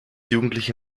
jugendliche